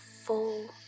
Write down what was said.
full